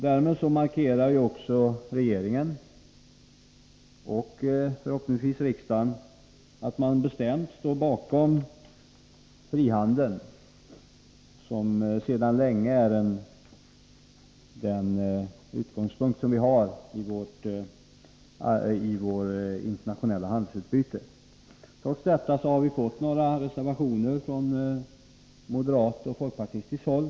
Därmed markerar regeringen och, förhoppningsvis riksdagen att man bestämt står bakom frihandeln, som sedan länge är utgångspunkten i vårt internationella handelsutbyte. Trots detta har vi i denna fråga fått några reservationer från moderatoch folkpartihåll.